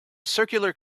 circular